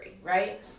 right